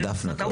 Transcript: דפנה.